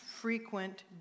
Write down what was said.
frequent